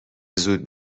زود